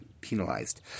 penalized